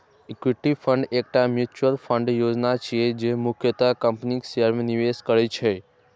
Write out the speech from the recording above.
equity fund एकटा mutual fund योजना छियै, जे मुख्यतः कंपनीक शेयर मे निवेश करै छै